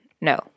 no